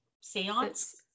seance